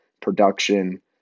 production